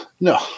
No